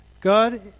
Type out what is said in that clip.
God